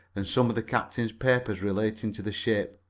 and some of the captain's papers relating to the ship.